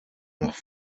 nach